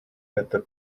это